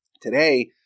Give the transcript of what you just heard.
Today